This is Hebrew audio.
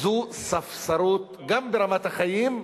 זו ספסרות גם ברמת החיים,